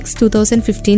2015